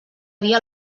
dir